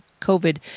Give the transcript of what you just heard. COVID